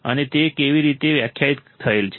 અને તે કેવી રીતે વ્યાખ્યાયિત થયેલ છે